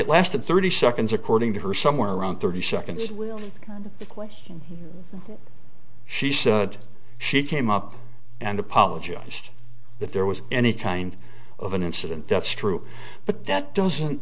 it lasted thirty seconds according to her somewhere around thirty seconds equate she said she came up and apologized that there was any kind of an incident that's true but that doesn't